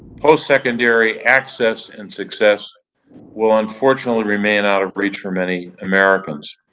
postsecondary access and success will, unfortunately, remain out of reach for many americans.